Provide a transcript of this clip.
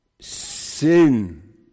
sin